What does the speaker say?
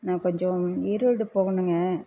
நான் கொஞ்சம் ஈரோடு போகணும்ங்க